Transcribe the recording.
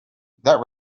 that